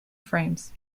frames